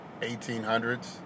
1800s